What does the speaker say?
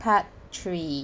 part three